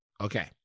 Okay